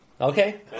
Okay